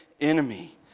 enemy